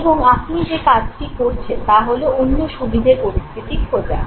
এবং আপনি যে কাজটি করছেন তা হলো অন্য সুবিধের পরিস্থিতি খোঁজা